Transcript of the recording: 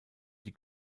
die